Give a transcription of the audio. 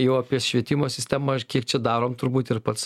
jau apie švietimo sistemą ir kiek čia darom turbūt ir pats